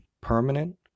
permanent